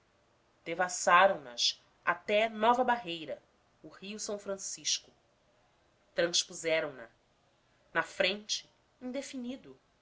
das terras devassaram nas até nova barreira o rio s francisco transpuseram na na frente indefinido